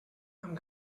amb